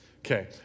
Okay